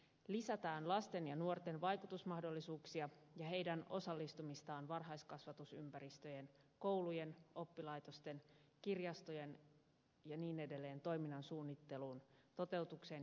lisätään lasten ja nuorten vaikutusmahdollisuuksia ja heidän osallistumistaan varhaiskasvatusympäristöjen koulujen oppilaitosten kirjastojen toiminnan suunnitteluun toteutukseen sekä arviointiin